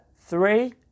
three